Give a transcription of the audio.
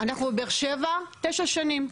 אנחנו בבאר שבע תשע שנים.